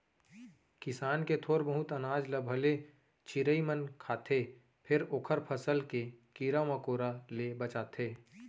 किसान के थोर बहुत अनाज ल भले चिरई मन खाथे फेर ओखर फसल के कीरा मकोरा ले बचाथे